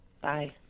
Bye